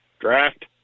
Draft